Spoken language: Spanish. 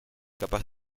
capaz